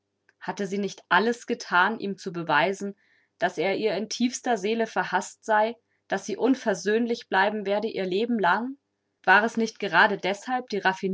hatte sie nicht alles gethan ihm zu beweisen daß er ihr in tiefster seele verhaßt sei daß sie unversöhnlich bleiben werde ihr lebenlang war es nicht gerade deshalb die